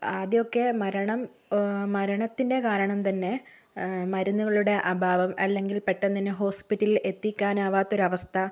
ആദ്യമൊക്കെ മരണം മരണത്തിൻ്റെ കാരണം തന്നെ മരുന്നുകളുടെ അഭാവം അല്ലെങ്കിൽ പെട്ടെന്ന് തന്നെ ഹോസ്പിറ്റലിൽ എത്തിക്കാൻ ആവാത്തൊരവസ്ഥ